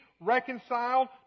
reconciled